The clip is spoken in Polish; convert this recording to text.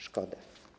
Szkoda.